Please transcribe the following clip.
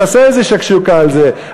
תעשה איזה שקשוקה על זה,